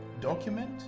document